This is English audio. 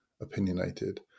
opinionated